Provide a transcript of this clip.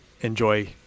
enjoy